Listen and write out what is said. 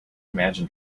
imagine